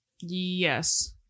Yes